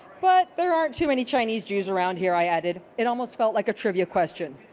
but there aren't too many chinese jews around here, i added. it almost felt like a trivia question.